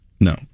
no